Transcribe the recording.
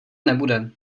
nebude